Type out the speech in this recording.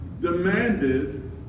demanded